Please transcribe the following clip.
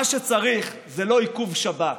מה שצריך זה לא איכון שב"כ,